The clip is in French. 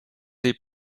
des